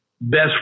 best